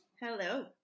Hello